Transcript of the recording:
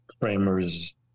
framers